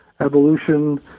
Evolution